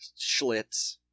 schlitz